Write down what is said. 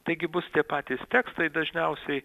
taigi bus tie patys tekstai dažniausiai